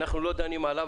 אנחנו לא דנים עליו,